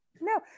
no